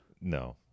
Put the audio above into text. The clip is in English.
No